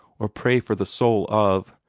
or pray for the soul of,